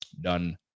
Done